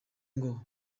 ngo